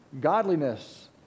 Godliness